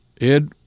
Ed